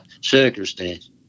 circumstance